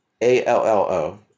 A-L-L-O